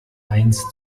eins